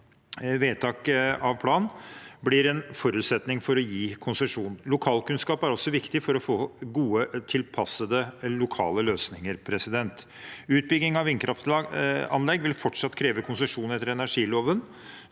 vedtaket av plan blir en forutsetning for å gi konsesjon. Lokalkunnskap er også viktig for å få gode, tilpassede lokale løsninger. Utbygging av vindkraftanlegg vil fortsatt kreve konsesjon etter energiloven,